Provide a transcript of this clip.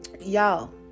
y'all